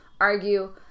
argue